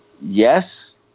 yes